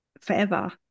forever